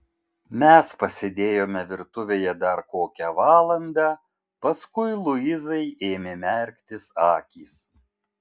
mes pasėdėjome virtuvėje dar kokią valandą paskui luizai ėmė merktis akys